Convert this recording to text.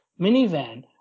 minivan